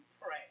pray